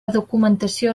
documentació